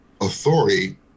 authority